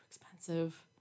expensive